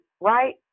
right